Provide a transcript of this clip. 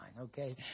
Okay